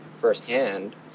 firsthand